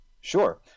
Sure